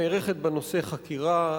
נערכת בנושא חקירה.